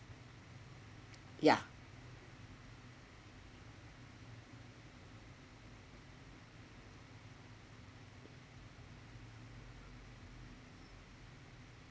ya